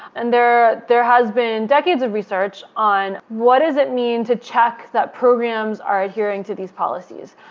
and there there has been decades of research on what is it mean to check that programmers are adhering to these policies?